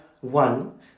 one